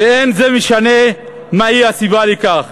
ולא משנה מהי הסיבה לכך,